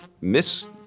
miss